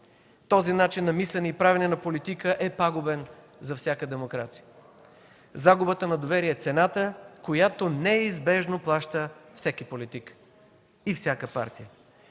Този начин на мислене и правене на политика е пагубен за всяка демокрация! Загубата на доверие е цената, която неизбежно плаща всеки политик и всяка партия.